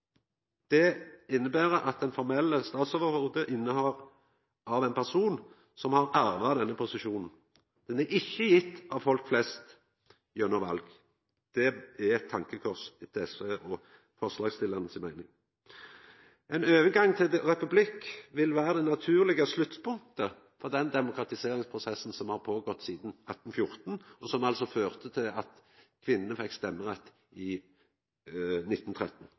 Det inneber at det formelle statsoverhovudet er ein person som har arva denne posisjonen. Den er ikkje gjeven av folk flest gjennom val. Det er eit tankekors etter SV og forslagsstillarane si meining. Ein overgang til republikk vil vera det naturlege sluttpunktet for den demokratiseringsprosessen som har føregått sidan 1814, og som førte til at kvinner fekk stemmerett i 1913,